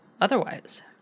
otherwise